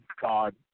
God